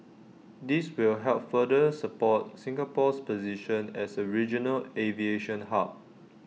this will help further support Singapore's position as A regional aviation hub